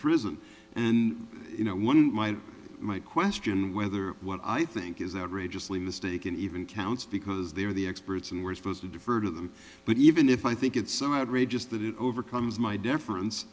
prison and you know one might question whether what i think is outrageously mistaken even counts because they are the experts and we're supposed to defer to them but even if i think it's so outrageous that it overcomes my deference